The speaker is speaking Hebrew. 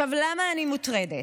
למה אני מוטרדת?